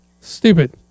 Stupid